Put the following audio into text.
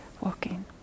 walking